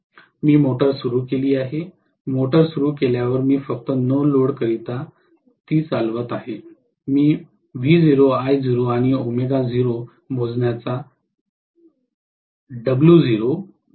मी motor सुरू केली आहे मोटर सुरू केल्यावर मी फक्त नो लोड करता चालवित आहे मी V0 I0 आणि W0 मोजण्याचा प्रयत्न करीत आहे